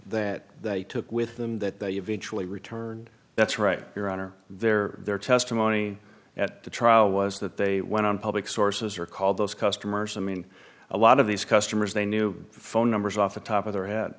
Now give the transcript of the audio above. that they took with them that they eventually returned that's right your honor their their testimony at the trial was that they went on public sources or call those customers i mean a lot of these customers they knew phone numbers off the top of their head